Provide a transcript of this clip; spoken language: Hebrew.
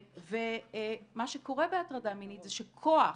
ומה שקורה בהטרדה מינית זה שכוח